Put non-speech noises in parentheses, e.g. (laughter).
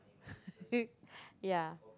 (laughs) ya